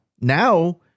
Now